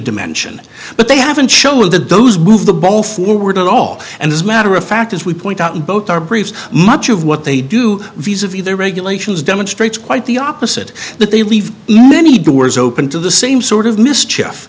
dimension but they haven't shown the doe's move the ball forward at all and this matter of fact as we point out in both our briefs much of what they do viz of either regulations demonstrates quite the opposite that they leave many doors open to the same sort of mischief